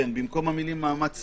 כן, במקום המילים "מאמץ סביר",